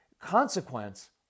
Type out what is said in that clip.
consequence